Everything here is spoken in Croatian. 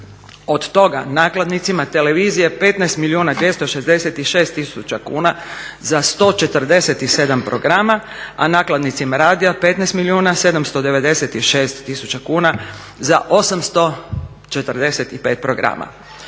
Od toga nakladnicima televizije 15 milijuna 266 tisuća kuna za 147 programa, a nakladnicima radija 15 milijuna 796 tisuća kuna za 845 programa.